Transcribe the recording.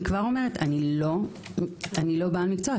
אני לא בעל מקצוע.